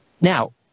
Now